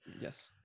Yes